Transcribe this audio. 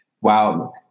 Wow